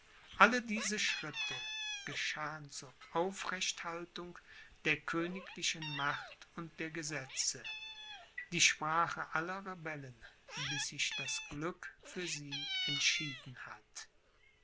alle diese schritte geschahen zur aufrechthaltung der königlichen macht und der gesetze die sprache aller rebellen bis sich das glück für sie entschieden hat